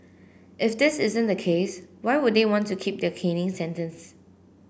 if this isn't the case why would they want to keep their caning sentence